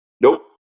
Nope